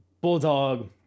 Bulldog